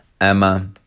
Emma